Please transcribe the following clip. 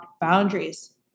boundaries